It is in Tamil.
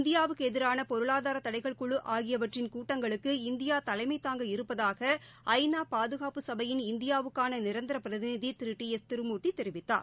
இந்தியாவுக்கு எதிரான பொருளாதார தடைகள் குழு ஆகியவற்றின் கூட்டங்களுக்கு இந்தியா தலைமை தாங்க இருப்பதாக ஐ நா பாதுகாப்பு சபையின் இந்தியாவுக்கான நிரந்தர பிரதிநிதி திரு டி எஸ் திருமூர்த்தி தெரிவித்தார்